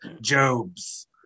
Jobs